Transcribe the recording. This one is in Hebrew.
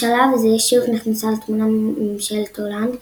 בשלב זה שוב נכנסה לתמונה ממשלת הולנד,